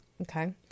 Okay